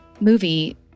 movie